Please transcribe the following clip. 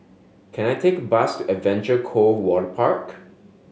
can I take a bus Adventure Cove Waterpark